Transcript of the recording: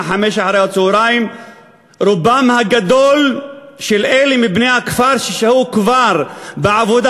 17:00. רובם הגדול של אלה מבני הכפר שכבר שהו בעבודה,